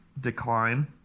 decline